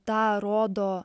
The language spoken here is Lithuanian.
tą rodo